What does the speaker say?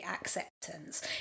acceptance